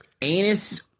Anus